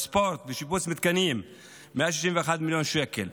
בספורט, בשיפוץ מתקנים, 161 מיליון שקל.